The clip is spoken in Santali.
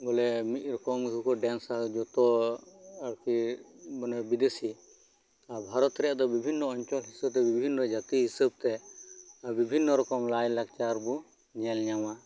ᱵᱚᱞᱮ ᱢᱤᱜ ᱨᱚᱠᱚᱢ ᱜᱮᱠᱚ ᱰᱮᱸᱥᱟ ᱡᱚᱛᱚ ᱟᱨᱠᱤ ᱢᱟᱱᱮ ᱵᱤᱫᱮᱥᱤ ᱟᱨ ᱵᱷᱟᱨᱚᱛ ᱨᱮᱭᱟᱜ ᱫᱚ ᱵᱤᱵᱷᱤᱱᱱᱚ ᱚᱧᱪᱚᱞ ᱥᱟᱛᱮ ᱵᱤᱵᱷᱤᱱᱱᱚ ᱡᱟᱛᱤ ᱦᱤᱥᱟᱹᱵᱽ ᱛᱮ ᱵᱤᱵᱷᱤᱱᱱᱚ ᱨᱚᱠᱚᱢ ᱞᱟᱭᱼᱞᱟᱠᱪᱟᱨ ᱵᱚ ᱧᱮᱞ ᱧᱟᱢᱟ